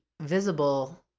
visible